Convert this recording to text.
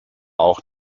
auch